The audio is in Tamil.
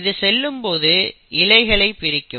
இது செல்லும் போது இழைகளை பிரிக்கும்